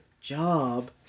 job